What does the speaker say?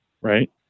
right